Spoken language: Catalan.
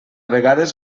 vegades